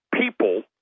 people